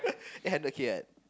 eight hundred k right